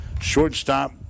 shortstop